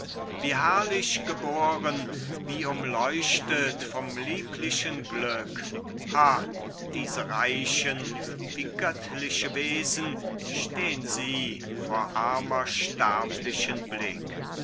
wie herrlich geboren wie umleuchtet vom lieblichen glück ha dieser reichen wie göttliche wesen stehn sie vor armer sterblichen blick